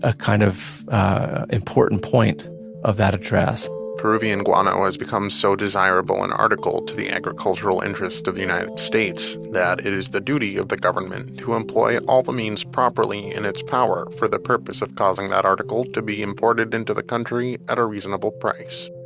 ah kind of important point of that address peruvian guano has become so desirable an article to the agricultural interest of the united states. that is the duty of the government to employ all the means properly in its power for the purpose of causing that article to be imported into the country at a reasonable price.